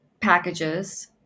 packages